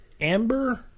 amber